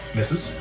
Misses